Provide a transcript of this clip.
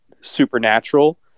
supernatural